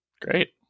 Great